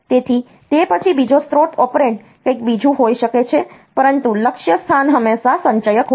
તેથી તે પછી બીજો સ્ત્રોત ઓપરેન્ડ કંઈક બીજું હોઈ શકે છે પરંતુ લક્ષ્યસ્થાન હંમેશા સંચયક હોય છે